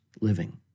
living